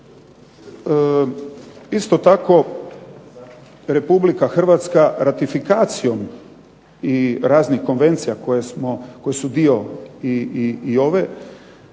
Isto tako Republika Hrvatska ratifikacijom i raznih konvencija koje su dio i ove